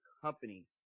companies